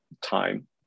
time